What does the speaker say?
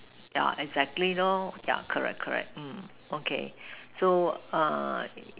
yeah exactly lor yeah correct correct mm okay so err